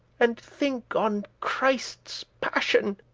and think on christe's passioun.